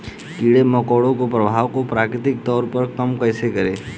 कीड़े मकोड़ों के प्रभाव को प्राकृतिक तौर पर कम कैसे करें?